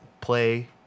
play